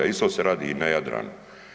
Isto se radi i na Jadranu.